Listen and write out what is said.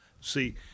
See